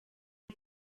mae